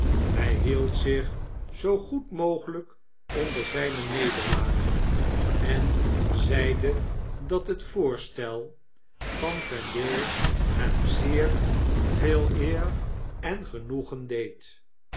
hy hield zich zoo goed mogelp onder zpe nederlaag en zeide dat het voorstel van vendale hem zeer veel eer en genoegen deed